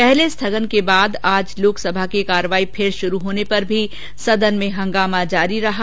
पहले स्थगन के बाद लोकसभा की कार्यवाही फिर शुरू होने पर भी सदन में हंगामा जारी रहा